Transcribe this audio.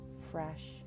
fresh